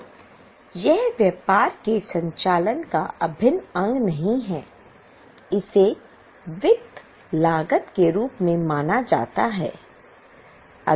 तो यह व्यापार के संचालन का अभिन्न अंग नहीं है इसे वित्त लागत के रूप में माना जाता है